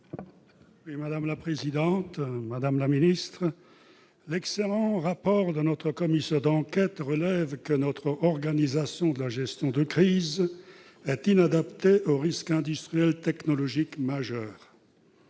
M. René Danesi. Madame la ministre, l'excellent rapport de la commission d'enquête relève que notre organisation de la gestion de crise est inadaptée aux risques industriels et technologiques majeurs.